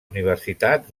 universitats